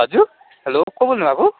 हजुर हेलो को बोल्नु भएको